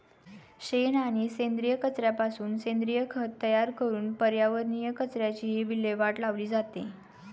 शेण आणि सेंद्रिय कचऱ्यापासून सेंद्रिय खत तयार करून पर्यावरणीय कचऱ्याचीही विल्हेवाट लावली जाते